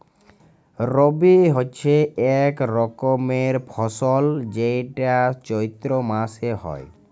রবি হচ্যে এক রকমের ফসল যেইটা চৈত্র মাসে হ্যয়